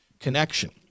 Connection